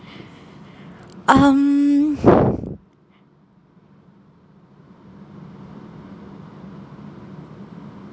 um